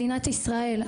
מדינת ישראל,